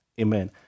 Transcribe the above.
Amen